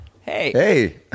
Hey